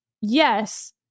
yes